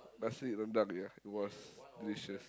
nasi rendang yeah it was delicious